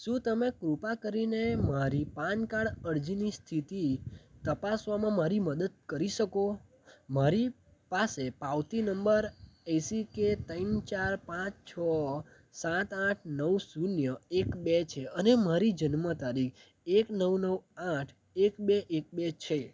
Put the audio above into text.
શું તમે કૃપા કરીને મારી પાન કાર્ડ અરજીની સ્થિતિ તપાસવામાં મારી મદદ કરી શકો મારી પાસે પાવતી નંબર એસીકે ત્રણ ચાર પાંચ છ સાત આઠ નવ શૂન્ય એક બે છે અને મારી જન્મ તારીખ એક નવ નવ આઠ એક બે એક બે છે